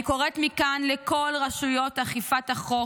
אני קוראת מכאן לכל רשויות אכיפת החוק